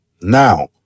Now